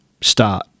start